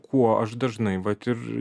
kuo aš dažnai vat ir